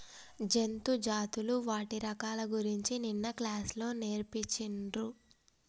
జంతు జాతులు వాటి రకాల గురించి నిన్న క్లాస్ లో నేర్పిచిన్రు